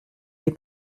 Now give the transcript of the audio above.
les